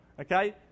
okay